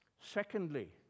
secondly